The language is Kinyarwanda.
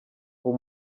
uwo